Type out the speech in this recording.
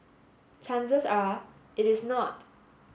chances are it is not